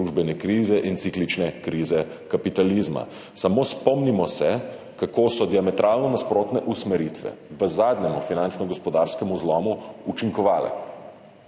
družbene krize in ciklične krize kapitalizma. Samo spomnimo se, kako so diametralno nasprotne usmeritve v zadnjem finančno-gospodarskem zlomu učinkovale.